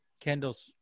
Kendall's